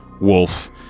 wolf